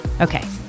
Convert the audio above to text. Okay